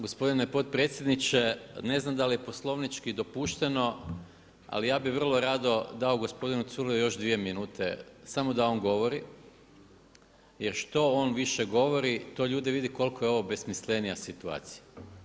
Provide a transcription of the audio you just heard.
Gospodine predsjedniče ne znam da li je poslovnički dopušteno, ali ja bih vrlo rado dao gospodinu Culeju još dvije minute samo da on govori, jer što on više govori to ljudi vide koliko je ovo besmislenija situacija.